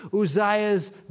Uzziah's